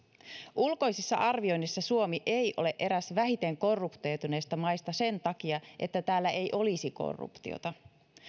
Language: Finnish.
ulkoisissa arvioinneissa suomi ei ole eräs vähiten korruptoituneista maista sen takia että täällä ei olisi korruptiota